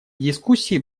дискуссии